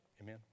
Amen